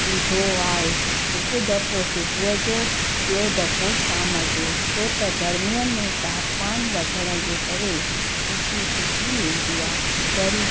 ॾिबो आहे हिकु दफ़ो सुबुह जो ॿियों दफ़ो शाम जो छो त गर्मीअ में तापमान वधण जे करे मिटी सुकी वेंदी आहे वरी